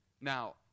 Now